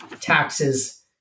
taxes